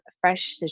fresh